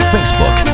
Facebook